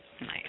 Nice